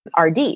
RD